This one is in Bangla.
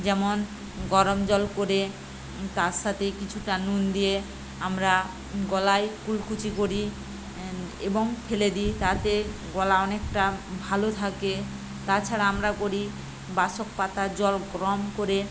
যেমন গরম জল করে তার সাথে কিছুটা নুন দিয়ে আমরা গলায় কুলকুচি করি এবং ফেলে দিই তাতে গলা অনেকটা ভালো থাকে তাছাড়া আমরা করি বাসক পাতার জল গরম করে